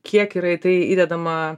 kiek yra į tai įdedama